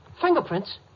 Fingerprints